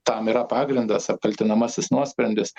tam yra pagrindas apkaltinamasis nuosprendis